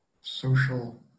social